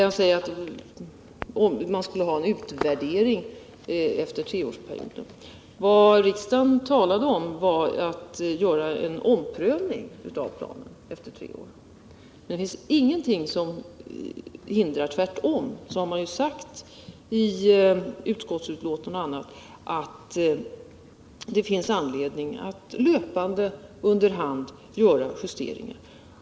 En utvärdering skulle kunna ske efter tre år. Riksdagen talade om en omprövning av planen. I utskottsbetänkandet sägs att det finns anledning att under hand göra löpande justeringar.